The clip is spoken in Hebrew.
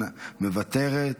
מוותרת,